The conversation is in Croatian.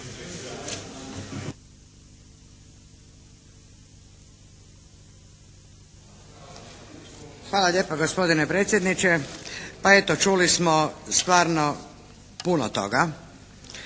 Hvala lijepa gospodine predsjedniče. Pa eto, čuli smo stvarno puno toga.